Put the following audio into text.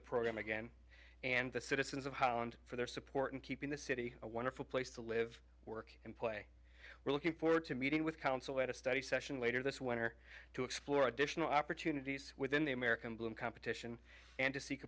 the program again and the citizens of holland for their support in keeping the city a wonderful place to live work and play we're looking forward to meeting with council at a study session later this winter to explore additional opportunities within the american bloom competition and to seek